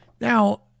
Now